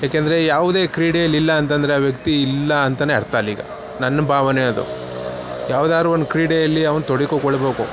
ಏಕೆಂದ್ರೆ ಯಾವುದೇ ಕ್ರೀಡೆಲಿ ಇಲ್ಲ ಅಂತ ಅಂದ್ರೆ ಆ ವ್ಯಕ್ತಿ ಇಲ್ಲ ಅಂತಲೇ ಅರ್ಥ ಅಲ್ಲಿಗೆ ನನ್ನ ಭಾವನೆ ಅದು ಯಾವ್ದಾದ್ರೂ ಒಂದು ಕ್ರೀಡೆಯಲ್ಲಿ ಅವ್ನ ತೊಡಗಿಕೊಳ್ಬೇಕು